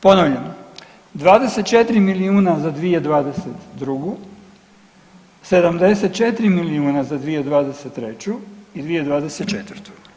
Ponavljam, 24 milijuna za 2022., 74 milijuna 2023. i 2024.